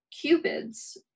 cupids